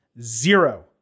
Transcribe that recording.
zero